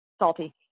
Salty